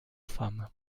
femmes